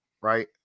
right